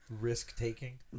risk-taking